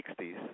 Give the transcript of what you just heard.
60s